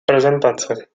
prezentaci